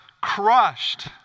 crushed